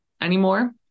anymore